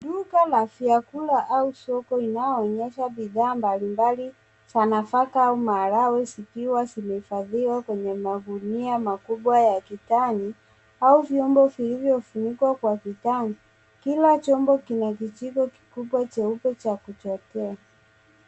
Duka la vyakula au soko inayoonyesha bidhaa mbalimbali za nafaka au maharagwe zikiwa zimehifadhiwa kwenye magunia makubwa ya kitani au vyombo vilivyofunikwa kwa kitani. Kila chombo kina kijiko kikubwa cheupe cha kuchotea.